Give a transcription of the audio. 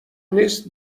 نیست